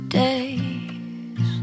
days